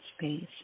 space